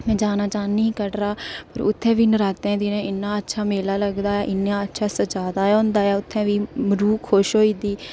में जाना चाह्न्नीं कटरा उत्थै बी नरातें दिनें इ'न्ना अच्छा मेला लगदा ऐ इ'न्ना अच्छा सजाए दा ऐ उत्थै बी रूह खुश होई दी